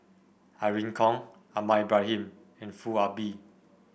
Irene Khong Ahmad Ibrahim and Foo Ah Bee